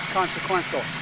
consequential